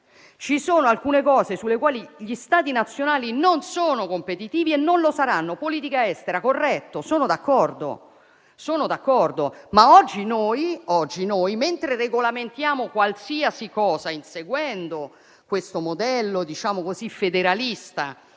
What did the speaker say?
Ci sono alcune cose sulle quali gli Stati nazionali non sono competitivi e mai lo saranno. Politica estera: corretto, sono d'accordo; oggi però, mentre regolamentiamo qualsiasi cosa inseguendo questo modello federalista